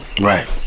Right